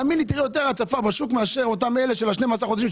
אתה תראה יותר הצפה בשוק מאשר מאותם אנשים של 12 החודשים,